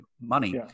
money